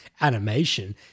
animation